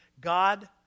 God